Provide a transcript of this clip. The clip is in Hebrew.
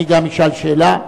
גם אדוני ישאל שאלה.